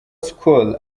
skol